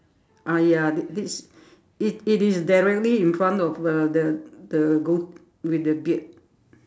ah ya this it it is directly in front of uh the the goat with the beard